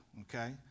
Okay